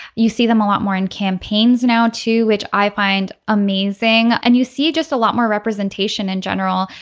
you see them a lot more in campaigns now too which i find amazing. and you see just a lot more representation in general.